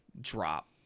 drop